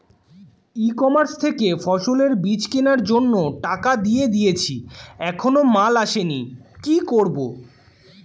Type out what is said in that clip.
ই commerce থেকে ফসলের বীজ কেনার জন্য টাকা দিয়ে দিয়েছি এখনো মাল আসেনি কি করব?